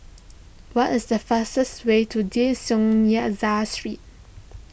what is the fastest way to De Street